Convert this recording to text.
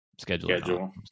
schedule